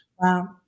Wow